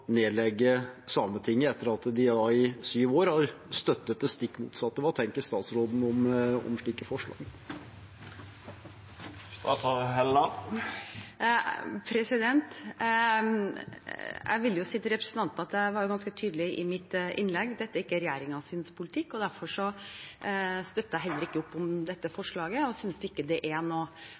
nedlegge Sametinget etter at de i syv år har støttet det stikk motsatte? Hva tenker statsråden om slike forslag? Jeg vil si til representanten at jeg var ganske tydelig i mitt innlegg. Dette er ikke regjeringens politikk. Derfor støtter jeg heller ikke opp om dette forslaget og synes ikke det er